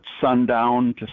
sundown